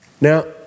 Now